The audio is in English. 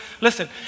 Listen